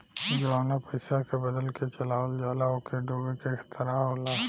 जवना पइसा के बदल के चलावल जाला ओके डूबे के खतरा होला